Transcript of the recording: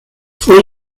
fue